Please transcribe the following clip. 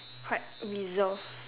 quite reserved